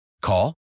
Call